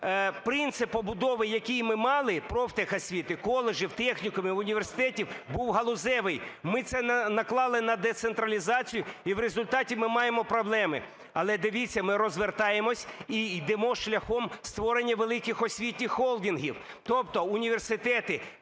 принцип побудови, який ми мали профтехосвіти, коледжів, технікумів, університетів, був галузевий. Ми це наклали на децентралізацію, і в результаті ми маємо проблеми. Але, дивіться, ми розвертаємось і йдемо шляхом створення великих освітніх холдингів. Тобто університети,